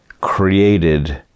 created